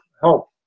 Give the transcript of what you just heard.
help